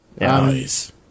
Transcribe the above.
Nice